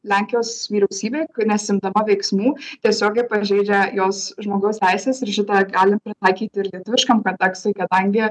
lenkijos vyriausybė nesiimdama veiksmų tiesiogiai pažeidžia jos žmogaus teises ir šitą gali pritaikyti ir lietuviškam kontekstui kadangi